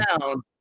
down